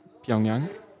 Pyongyang